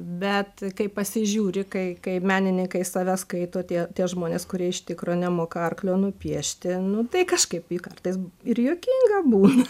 bet kai pasižiūri kai kai menininkais save skaito tie tie žmonės kurie iš tikro nemoka arklio nupiešti nu tai kažkaip juk kartais ir juokinga būna